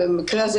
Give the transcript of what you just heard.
במקרה הזה,